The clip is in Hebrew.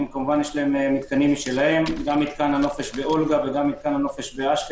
כמובן יש להם מתקנים משלהם גם מתקן הנופש באולגה וגם זה באשקלון.